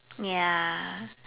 ya